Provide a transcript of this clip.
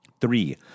Three